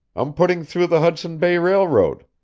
i'm putting through the hudson bay railroad.